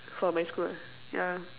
for my school yeah